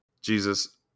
Jesus